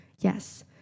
Yes